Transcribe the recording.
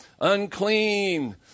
unclean